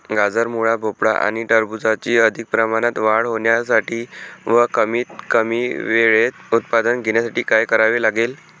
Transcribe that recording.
गाजर, मुळा, भोपळा आणि टरबूजाची अधिक प्रमाणात वाढ होण्यासाठी व कमीत कमी वेळेत उत्पादन घेण्यासाठी काय करावे लागेल?